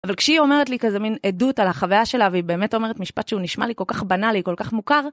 אבל כשהיא אומרת לי כזה מין עדות על החוויה שלה, והיא באמת אומרת משפט שהוא נשמע לי כל כך בנאלי, כל כך מוכר.